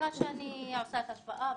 סליחה שאני עושה את ההשוואה,